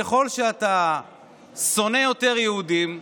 ככל שאתה שונא יותר יהודים,